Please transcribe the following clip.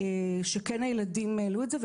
שכן הילדים העלו את זה,